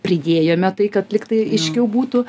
pridėjome tai kad lygtai aiškiau būtų